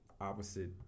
opposite